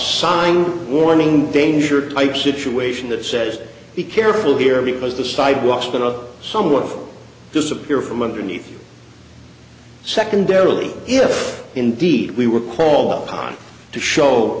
sign warning danger type situation that says be careful here because the sidewalks can of someone disappear from underneath you secondarily if indeed we were called upon to show